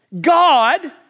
God